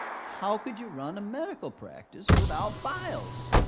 how could you run a medical practice without files?